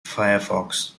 firefox